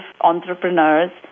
entrepreneurs